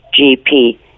GP